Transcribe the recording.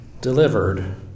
delivered